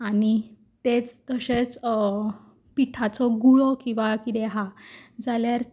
आनी तेंच तशेंच पिठाचो गुळो किंवा कितेंय आसा जाल्यार